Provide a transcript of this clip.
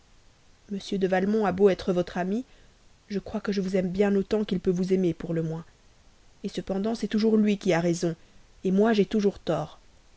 m de valmont a beau être votre ami je crois que je vous aime bien autant qu'il peut vous aimer pour le moins cependant c'est toujours lui qui a raison moi j'ai toujours tort